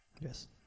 Yes